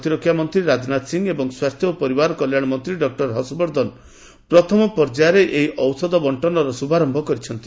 ପ୍ରତିରକ୍ଷାମନ୍ତ୍ରୀ ରାଜନାଥ ସିଂ ଏବଂ ସ୍ୱାସ୍ଥ୍ୟ ଓ ପରିବାର କଲ୍ୟାଣ ମନ୍ତ୍ରୀ ଡକୁର ହର୍ଷବର୍ଦ୍ଧନ ପ୍ରଥମ ପର୍ଯ୍ୟାୟରେ ଏହି ଔଷଧ ବଣ୍ଟନର ଶୁଭାରମ୍ଭ କରିଛନ୍ତି